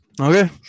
Okay